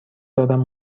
دارم